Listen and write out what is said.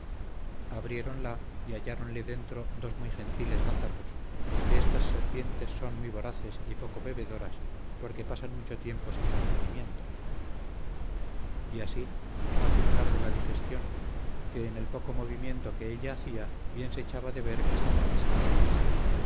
ordinaria abrieronla y hallaronle dentro dos muy gentiles gazapos que estas serpientes son muy voraces y poco bebedoras aunque pasan mucho tiempo sin mantenimiento y así hacen tarde la digestión que en el poco movimiento que ella hacía bien se echaba de ver que estaba pesada